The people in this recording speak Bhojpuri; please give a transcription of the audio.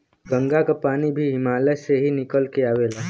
गंगा क पानी भी हिमालय से ही निकल के आवेला